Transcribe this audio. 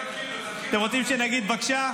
אתם רוצים שנגיד בבקשה?